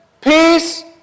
peace